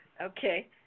Okay